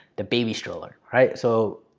the baby stroller, right? so,